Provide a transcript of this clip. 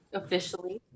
officially